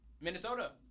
Minnesota